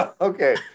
Okay